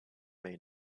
may